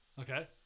Okay